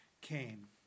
came